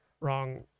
wrong